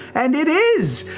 and it is.